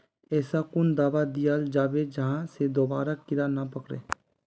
ऐसा कुन दाबा दियाल जाबे जहा से दोबारा कीड़ा नी पकड़े?